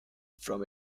from